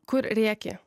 kur rėkė